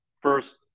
first